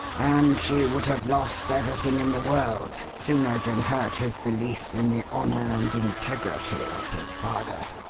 and she would have lost everything in the world sooner than hurt his belief in the honour and integrity of his father.